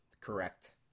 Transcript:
Correct